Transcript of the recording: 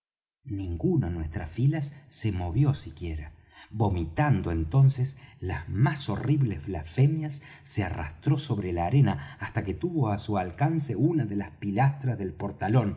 en nuestras filas se movió siquiera vomitando entonces las más horribles blasfemias se arrastró sobre la arena hasta que tuvo á su alcance una de las pilastras del portalón